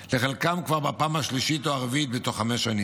לחלקם כבר בפעם השלישית או הרביעית בתוך חמש שנים.